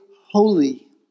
holy